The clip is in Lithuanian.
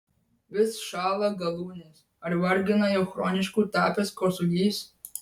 vis šąla galūnės ar vargina jau chronišku tapęs kosulys